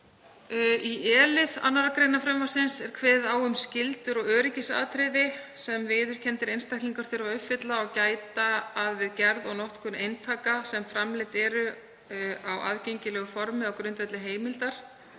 Í e-lið 2. gr. frumvarpsins er kveðið á um skyldur og öryggisatriði sem viðurkenndar einingar þurfa að uppfylla og gæta að við gerð og notkun eintaka sem framleidd eru á aðgengilegu formi á grundvelli heimildar